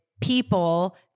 people